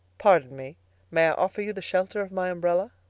pardon me may i offer you the shelter of my umbrella?